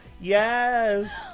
yes